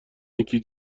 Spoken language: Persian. نیکی